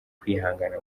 kwihangana